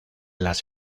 las